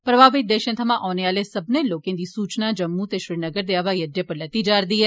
प्रभावित देशे थमां औने आर्ले सब्बनें लोकें दी सूचना जम्मू ते श्रीनगर दे हवाई अड्डे पर लैती जा रदी ऐ